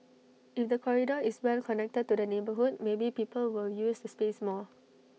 if the corridor is well connected to the neighbourhood maybe people will use the space more